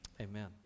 amen